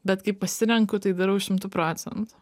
bet kai pasirenku tai darau šimtu procentų